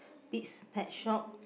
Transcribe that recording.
Pete's pet shop